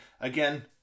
again